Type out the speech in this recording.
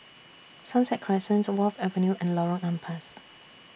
Sunset Crescent Wharf Avenue and Lorong Ampas